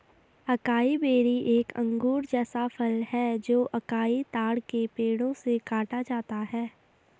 acai berry एक अंगूर जैसा फल है जो अकाई ताड़ के पेड़ों से काटा जाता है